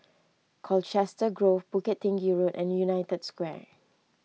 Colchester Grove Bukit Tinggi Road and United Square